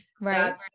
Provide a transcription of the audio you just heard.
Right